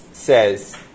says